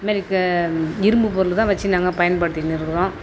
இது மாரி இரும்பு பொருள் தான் வச்சி நாங்க பயன்படுத்தின்னு இருக்கிறோம்